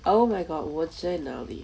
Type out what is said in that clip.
oh my god 我最 nervy